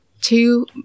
two